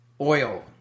oil